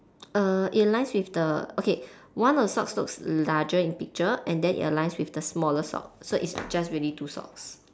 err it lines with the okay one of the socks looks larger in picture and then it aligns with the smaller sock so it's just really two socks